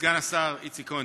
סגן השר איציק כהן,